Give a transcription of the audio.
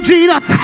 Jesus